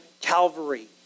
Calvary